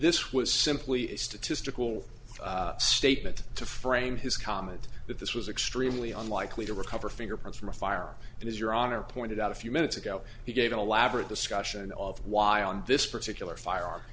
this was simply a statistical statement to frame his comment that this was extremely unlikely to recover fingerprints from a firearm and as your honor pointed out a few minutes ago he gave an elaborate discussion of why on this particular fire